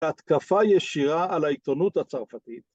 ‫התקפה ישירה על העיתונות הצרפתית.